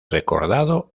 recordado